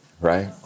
Right